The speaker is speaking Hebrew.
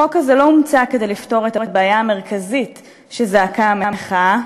החוק הזה לא הומצא כדי לפתור את הבעיה המרכזית שזעקה המחאה,